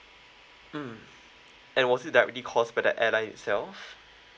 mm and was it directly because by the airline itself